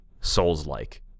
Souls-like